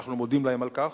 ואנחנו מודים להן על כך,